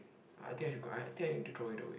I think I should go I think I need to throw it away